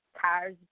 Cars